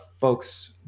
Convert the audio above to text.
folks